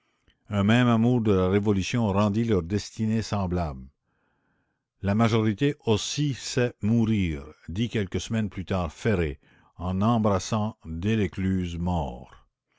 un même amour de la révolution rendit leur destinée semblable la majorité aussi sait mourir dit quelques semaines plus tard ferré en embrassant delescluze mort